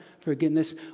forgiveness